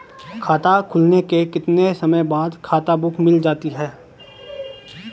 खाता खुलने के कितने समय बाद खाता बुक मिल जाती है?